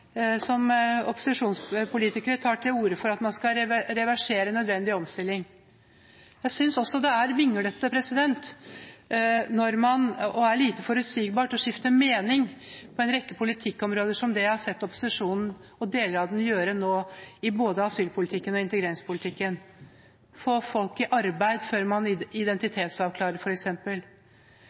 som opposisjonspolitikere tar til orde for at man skal reversere nødvendig omstilling. Jeg synes også det er vinglete og lite forutsigbart å skifte mening på en rekke politikkområder, som det jeg har sett deler av opposisjonen gjøre nå i både asylpolitikken og integreringspolitikken, f.eks. å få folk i arbeid før man identitetsavklarer. Norge er i